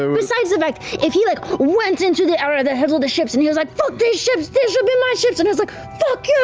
ah besides the fact, if he like went into the area that has all the ships and he was like, fuck these ships, these should be my ships! and was like, fuck you!